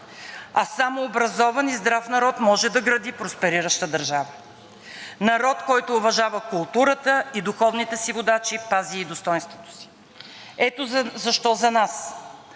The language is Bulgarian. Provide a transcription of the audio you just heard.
а само образован и здрав народ може да гради просперираща държава. Народ, който уважава културата и духовните си водачи, пази и достойнството си. Ето защо за нас